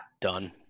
Done